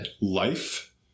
life